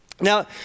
Now